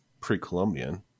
pre-Columbian